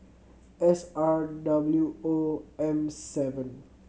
S R W O M seven